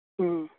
ᱦᱮᱸ